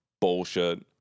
bullshit